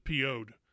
PO'd